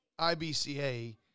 IBCA